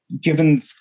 given